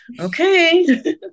okay